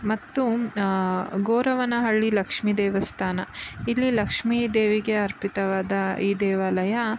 ಮತ್ತು ಗೊರವನಹಳ್ಳಿ ಲಕ್ಷ್ಮೀ ದೇವಸ್ಥಾನ ಇಲ್ಲಿ ಲಕ್ಷ್ಮೀ ದೇವಿಗೆ ಅರ್ಪಿತವಾದ ಈ ದೇವಾಲಯ